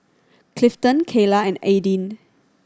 Clifton Kayla and Aidyn